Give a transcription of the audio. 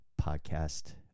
podcast